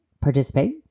participate